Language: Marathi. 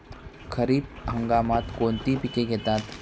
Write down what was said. खरीप हंगामात कोणती पिके घेतात?